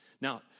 Now